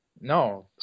No